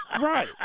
right